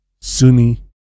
Sunni